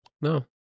No